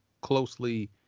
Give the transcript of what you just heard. closely